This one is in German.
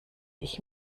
ich